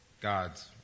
God's